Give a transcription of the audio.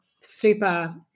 super